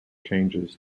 changes